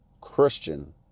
Christian